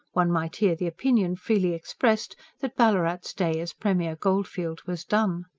one might hear the opinion freely expressed that ballarat's day as premier goldfield was done.